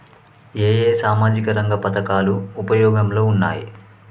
ఏ ఏ సామాజిక రంగ పథకాలు ఉపయోగంలో ఉన్నాయి?